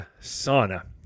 sauna